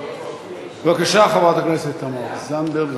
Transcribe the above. בבקשה, חברת הכנסת זנדברג.